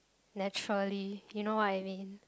naturally you know what I mean